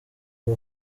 aba